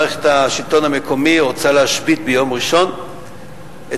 מערכת השלטון המקומי רוצה להשבית ביום ראשון את